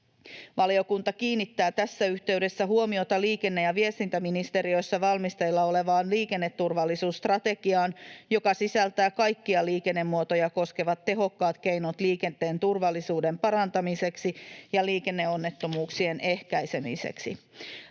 Valiokunta kiinnittää tässä yhteydessä huomiota liikenne- ja viestintäministeriössä valmisteilla olevaan liikenneturvallisuusstrategiaan, joka sisältää kaikkia liikennemuotoja koskevat tehokkaat keinot liikenteen turvallisuuden parantamiseksi ja liikenneonnettomuuksien ehkäisemiseksi.